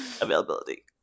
availability